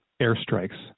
airstrikes